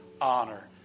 honor